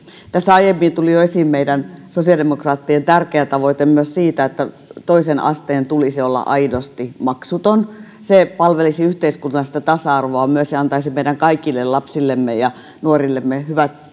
aiemmin tuli jo esiin myös se sosiaalidemokraattien tärkeä tavoite että toisen asteen tulisi olla aidosti maksuton se palvelisi myös yhteiskunnallista tasa arvoa ja antaisi kaikille meidän lapsillemme ja nuorillemme